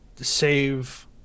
save